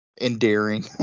endearing